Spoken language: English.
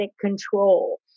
control